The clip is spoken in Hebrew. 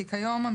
כי כיום,